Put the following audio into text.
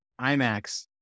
imax